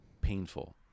painful